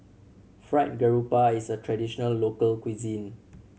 Fried Garoupa is a traditional local cuisine